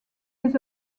les